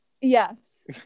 Yes